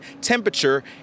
temperature